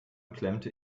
klemmte